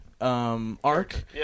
Arc